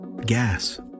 gas